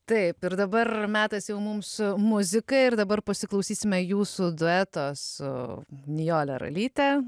taip ir dabar metas jau mums muzikai ir dabar pasiklausysime jūsų dueto su nijole ralyte